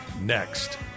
next